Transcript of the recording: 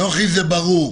זה ברור.